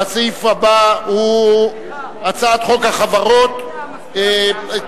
והסעיף הבא הוא הצעת חוק החברות (תיקון,